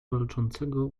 walczącego